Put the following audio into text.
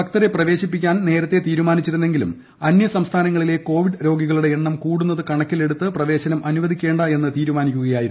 ഭക്തരെ പ്രവേശിപ്പിക്കാൻ നേരത്തെ തീരുമാനിച്ചിരുന്നെങ്കിലും അന്യസംസ്ഥാനങ്ങളിലെ കോവിഡ് രോഗികളുടെ എണ്ണം കൂടുന്നത് കണക്കിലെടുത്ത് പ്രവേശനം അനുവദിക്കേണ്ടെന്ന് തീരുമാനിക്കുകയായിരുന്നു